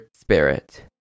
spirit